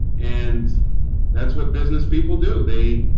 and that's what businesspeople do they